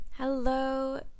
hello